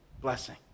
blessing